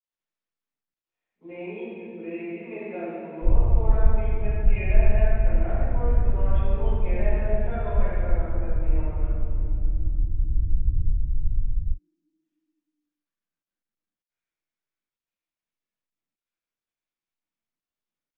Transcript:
नेईं सुरेश जी मेरी गल्ल सुनो थुआढ़ा बिजनेस केह्ड़ा ऐ में आक्खा ना कि थुआढ़ी दकान शोरूम केह्ड़ा ऐ में जित्थै अकाउंटेट दा कम्म करने ई आवा ना